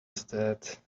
that